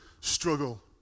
struggle